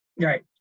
Right